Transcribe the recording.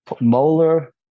molar